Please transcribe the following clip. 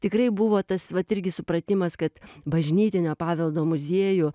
tikrai buvo tas vat irgi supratimas kad bažnytinio paveldo muziejų